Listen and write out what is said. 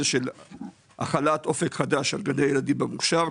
של החלת אופק חדש על גני ילדים במוכשר,